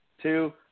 two